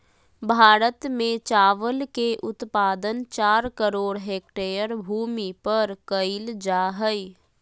भारत में चावल के उत्पादन चार करोड़ हेक्टेयर भूमि पर कइल जा हइ